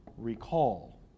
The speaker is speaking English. recall